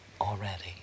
already